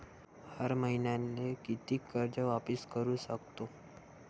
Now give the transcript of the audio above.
हर मईन्याले कितीक कर्ज वापिस करू सकतो?